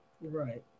Right